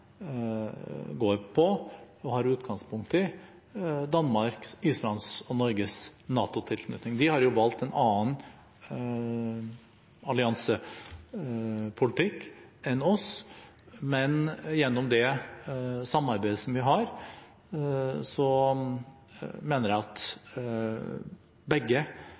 går på og har utgangspunkt i Danmarks, Islands og Norges NATO-tilknytning. De har jo valgt en annen alliansepolitikk enn oss, men gjennom det samarbeidet som vi har, mener jeg at